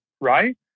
right